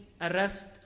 arrest